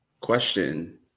Question